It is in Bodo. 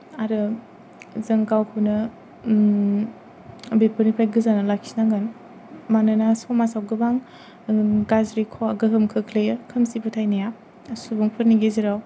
आरो जों गावखौनो बेफोरनिफ्राय गोजानाव लाखिनांगोन मानोना समाजाव गोबां गाज्रि खहा गोहोम खोख्लैयो खोमसि फोथायनाया सुबुंफोरनि गेजेराव